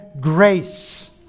grace